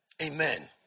Amen